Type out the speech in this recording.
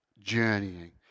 journeying